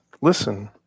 listen